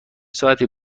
ساعتی